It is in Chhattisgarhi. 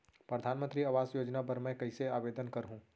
परधानमंतरी आवास योजना बर मैं कइसे आवेदन करहूँ?